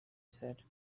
said